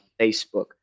Facebook